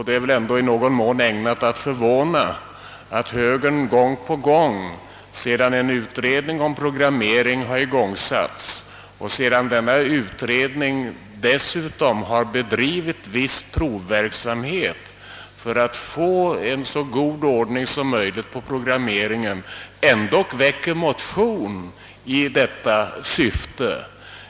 Det är ägnat att förvåna att högern, efter det att en utredning om programmering igångsatts och denna utredning dessutom bedrivit viss provverksamhet för att få en så god ordning som möjligt på programmeringen, ändå gång på gång väckt en motion i detta syfte.